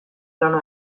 lana